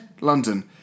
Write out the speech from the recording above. London